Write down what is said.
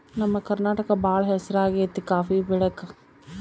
ನಮ್ಮ ಕರ್ನಾಟಕ ಬಾಳ ಹೆಸರಾಗೆತೆ ಕಾಪಿ ಬೆಳೆಕ